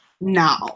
Now